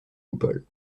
coupole